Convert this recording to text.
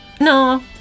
No